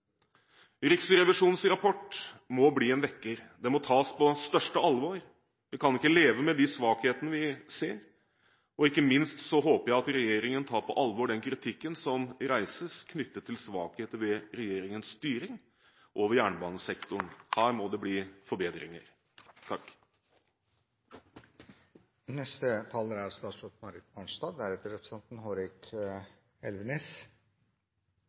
Riksrevisjonens rapport må bli en vekker. Den må tas på største alvor. Vi kan ikke leve med de svakhetene vi ser, og ikke minst håper jeg at regjeringen tar på alvor den kritikken som reises, knyttet til svakheter ved regjeringens styring og ved jernbanesektoren. Her må det bli forbedringer.